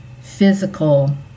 physical